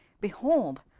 Behold